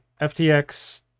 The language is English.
FTX